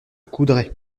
coudray